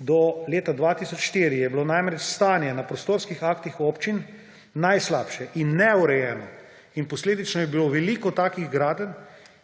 do leta 2004 je bilo namreč stanje na prostorskih aktih občin najslabše in neurejeno. Posledično je bilo veliko takih gradenj,